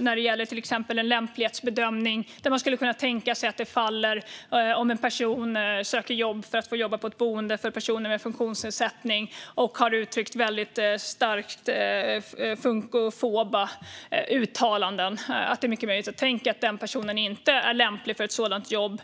när det gäller en lämplighetsbedömning. Om en person söker jobb på ett boende för personer med funktionsnedsättning och har uttryckt mycket starka funkofoba uttalanden är det mycket möjligt att tänka att denna person inte är lämplig för ett sådant jobb.